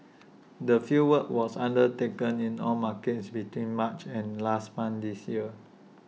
the fieldwork was undertaken in all markets between March and last month this year